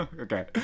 Okay